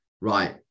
right